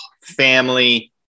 family